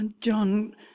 John